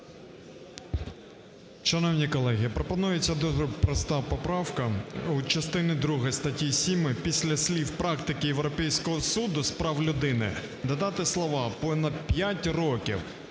Шановні колеги, пропонується дуже проста поправка. У частині 2 статті 7 після слів "практики Європейського суду з прав людини" додати слова "понад п'ять років".